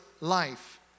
life